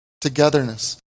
togetherness